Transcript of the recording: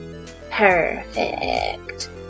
Perfect